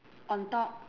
on top